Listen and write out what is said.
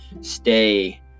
stay